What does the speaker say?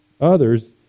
others